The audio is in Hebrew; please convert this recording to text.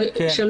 חלילה.